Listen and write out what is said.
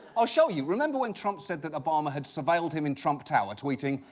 i'll show you. remember when trump said that obama had surveilled him in trump tower, tweeting.